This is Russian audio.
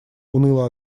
уныло